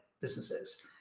businesses